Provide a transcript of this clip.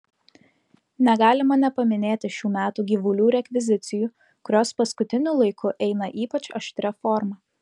negalima nepaminėti šių metų gyvulių rekvizicijų kurios paskutiniu laiku eina ypač aštria forma